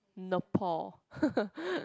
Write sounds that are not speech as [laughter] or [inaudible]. Nepal [laughs]